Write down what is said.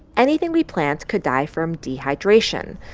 anything we plant could die from dehydration.